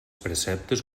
preceptes